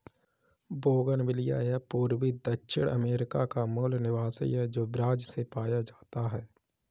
bougainvillea यह पूर्वी दक्षिण अमेरिका का मूल निवासी है, जो ब्राज़ से पाया जाता है